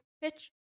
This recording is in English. pitch